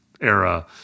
era